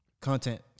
content